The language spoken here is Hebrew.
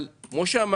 אבל כמו שאמרתי,